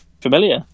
familiar